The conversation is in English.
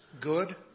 good